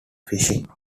fishing